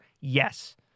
Yes